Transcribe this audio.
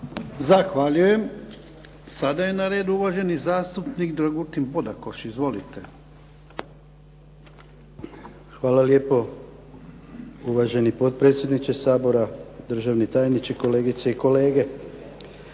Zahvaljujem. Sada je na radu uvaženi zastupnik Dragutin Bodakoš. Izvolite. **Bodakoš, Dragutin (SDP)** Hvala lijepo uvaženi potpredsjedniče Sabora, državni tajniče, kolegice i kolege.